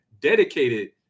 dedicated